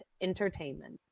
Entertainment